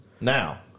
Now